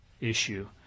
issue